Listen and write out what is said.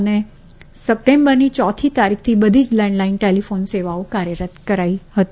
અને સપ્ટેમ્બરની ચોથી તારીખથી બધી જ લેન્ડલાઇન ટેલીફોન સેવાઓ કાર્યરત કરાઇ હતી